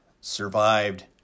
survived